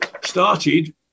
started